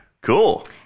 Cool